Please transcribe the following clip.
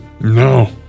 No